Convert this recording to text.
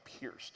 pierced